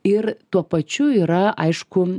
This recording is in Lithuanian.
ir tuo pačiu yra aišku